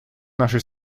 нашей